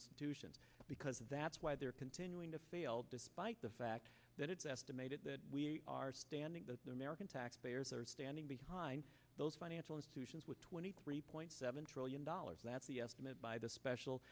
institutions because that's why they're continuing to fail despite the fact that it's estimated that we are standing that the american taxpayers are standing behind those financial institutions with twenty three point seven trillion dollars that's the estimate by the special